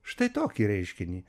štai tokį reiškinį